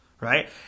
Right